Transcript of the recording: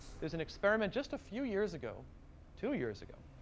there's an experiment just a few years ago two years ago,